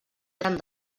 gran